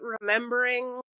remembering